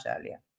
earlier